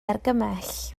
argymell